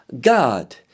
God